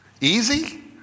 Easy